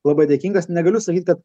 labai dėkingas negaliu sakyt kad